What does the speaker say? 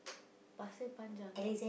Pasir-Panjang